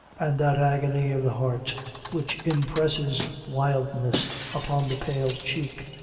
and that agony of the heart which impresses wildness upon the pale cheek,